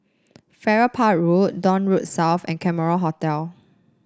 Farrer Park Road Dock Road South and Cameron Hotel